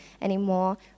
anymore